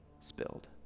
spilled